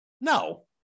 No